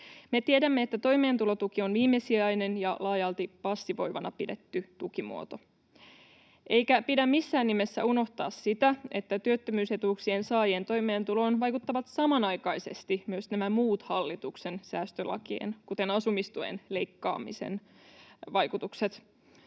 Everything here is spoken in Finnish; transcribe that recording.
Me tiedämme, että toimeentulotuki on viimesijainen ja laajalti passivoivana pidetty tukimuoto, eikä pidä missään nimessä unohtaa sitä, että työttömyysetuuksien saajien toimeentuloon vaikuttavat samanaikaisesti myös nämä hallituksen muiden säästölakien, kuten asumistuen leikkaamisen, vaikutukset.